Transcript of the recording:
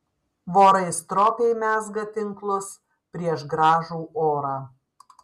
vorai stropiai mezga tinklus prieš gražų orą